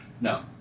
No